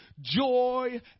joy